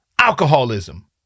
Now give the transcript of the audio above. Alcoholism